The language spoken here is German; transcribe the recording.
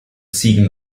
ziegen